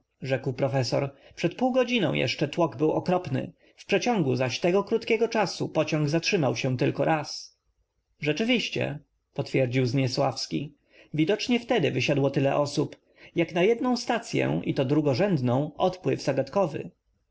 profesor przed pół godziną jeszcze tłok był okropny w prze ciągu zaś tego krótkiego czasu pociąg zatrzy m ał się tylko raz rzeczywiście potw ierdził zniesławski w idocznie w tedy w ysiadło tyle osób jak na jedną stacyę i to drugorzędną odpływ za